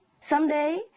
someday